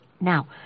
now